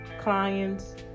clients